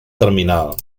terminal